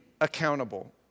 accountable